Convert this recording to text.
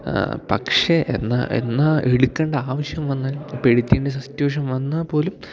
പക്ഷെ എന്നാൽ എന്നാൽ എടുക്കേണ്ട ആവശ്യം വന്നാൽ ഇപ്പം എടുക്കേണ്ട സിറ്റുവേഷൻ വന്നാൽ പോലും